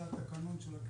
זה התקנון של הכנסת.